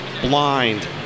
blind